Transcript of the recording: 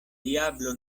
diablo